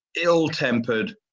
ill-tempered